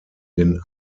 den